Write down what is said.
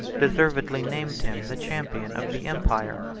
deservedly named him the champion of the empire,